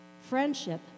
Friendship